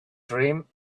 dream